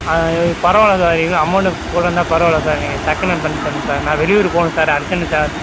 ஆ இது பரவால்ல சார் இது அமௌண்டு கூட இருந்தால் பரவால்லை சார் நீங்கள் டக்குன்னு பண்ணித் தரணும் சார் நான் வெளியூர் போகணும் சார் அர்ஜெண்டு சார்